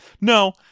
No